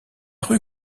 rue